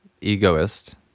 egoist